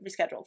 rescheduled